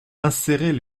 insérer